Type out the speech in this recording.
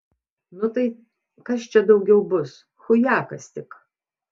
nu tai kas čia daugiau bus chujakas tik